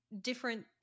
different